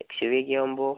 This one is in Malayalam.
എക്സ് യൂ വിയൊക്കെ ആകുമ്പോൾ